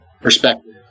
perspective